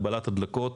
הגבלת הדלקות